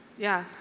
yeah.